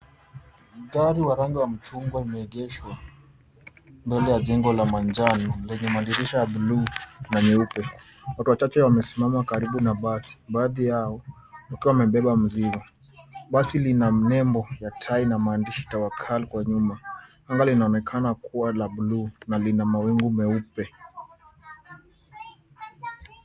Gari ya rangi ya machungwa imeegeshwa mbele ya jengo la manjano lenye madirisha ya buluu na nyeupe. Watu wachache wamesimama karibu na basi baadhi yao wakiwa wamebeba mizigo. Basi lina nembo ya tai na maandishi 'Tawakal' kwa nyuma. Anga linaonekana kuwa la buluu na lina mawingu meupe.